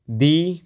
ਦੀ